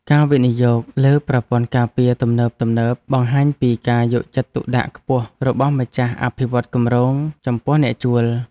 ការវិនិយោគលើប្រព័ន្ធការពារទំនើបៗបង្ហាញពីការយកចិត្តទុកដាក់ខ្ពស់របស់ម្ចាស់អភិវឌ្ឍន៍គម្រោងចំពោះអ្នកជួល។